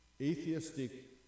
atheistic